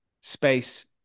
space